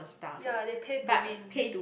ya they pay to win